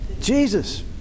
Jesus